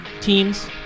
teams